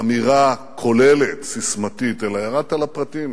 באמירה כוללת, ססמתית, אלא ירדת לפרטים.